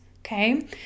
okay